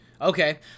Okay